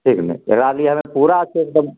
ठीक ने एकरा लिए हम पूरा छियै एकदम